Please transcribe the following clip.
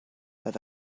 that